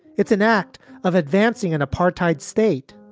it's an act of advancing an apartheid state.